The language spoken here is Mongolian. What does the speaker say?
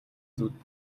зүүд